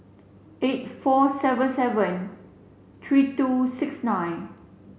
eight four seven seven three two six nine